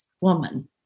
woman